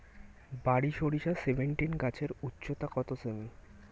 বারি সরিষা সেভেনটিন গাছের উচ্চতা কত সেমি?